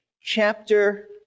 chapter